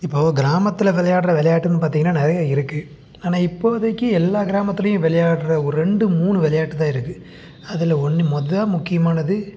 இப்போது கிராமத்தில் விளையாடுற விளையாட்டுன்னு பார்த்திங்கன்னா நிறைய இருக்குது ஆனால் இப்போதைக்கு எல்லா கிராமத்திலியும் விளையாடுற ஒரு ரெண்டு மூணு விளையாட்டு தான் இருக்குது அதில் ஒன்று மொதோல் முக்கியமானது